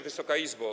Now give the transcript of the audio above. Wysoka Izbo!